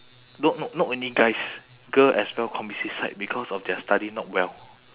no no not only guys girl as well commit suicide because of their study not well